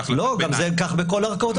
זה החלטת ביניים.